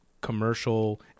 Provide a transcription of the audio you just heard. commercial